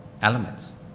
Elements